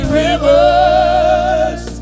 rivers